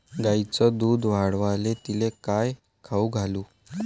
गायीचं दुध वाढवायले तिले काय खाऊ घालू?